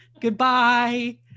goodbye